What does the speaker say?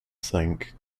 sink